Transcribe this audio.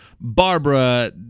Barbara